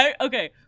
okay